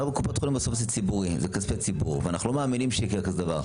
היום קופות חולים בסוף זה כספי ציבור ואנחנו לא מאמינים שיקרה כזה דבר,